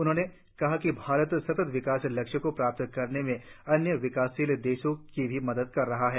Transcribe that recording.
उन्होंने कहा कि भारत सतत विकास लक्ष्यों को प्राप्त करने में अन्य विकासशील देशों की भी मदद कर रहा है